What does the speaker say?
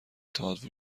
تئاتر